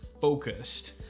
focused